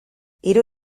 hiru